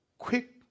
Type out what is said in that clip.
Quick